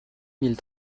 mille